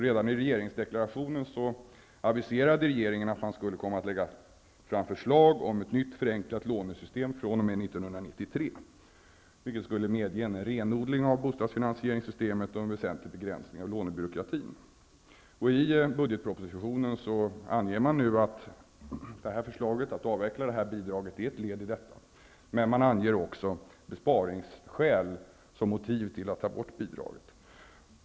Redan i regeringsdeklarationen aviserade regeringen att man skulle komma att lägga fram förslag om ett nytt och förenklat lånesystem att gälla fr.o.m. 1993, vilket skulle medge en renodling av bostadsfinansieringssystemet och en väsentlig begränsning av lånebyråkratin. I budgetpropositionen anger man nu att förslaget om att avveckla detta bidrag är ett led i detta. Men man anger också besparingsbehov som motiv för att ta bort bidraget.